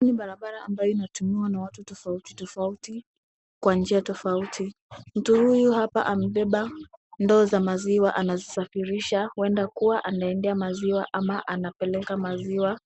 Hii ni barabara ambayo inatumiwa na watu tofauti tofauti kwa njia tofauti. Mtu huyu hapa amebeba ndoo za maziwa anazisafirisha huenda kuwa anaendea maziwa ama anapeleka maziwa